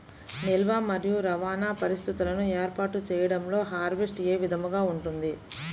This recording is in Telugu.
నిల్వ మరియు రవాణా పరిస్థితులను ఏర్పాటు చేయడంలో హార్వెస్ట్ ఏ విధముగా ఉంటుంది?